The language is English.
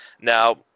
Now